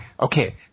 Okay